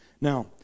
Now